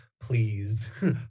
please